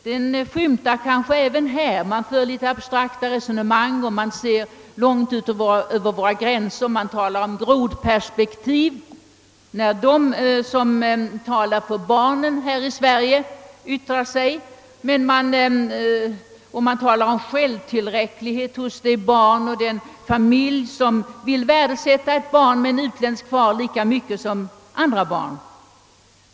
Den tendensen skymtar även här. Man för abstrakta resonemang och ser ut långt över våra gränser. Däremot talar man om grodperspektiv och självtillräcklighet hos dem som vill värdesätta ett barn med utländsk far lika högt som andra svenska barn.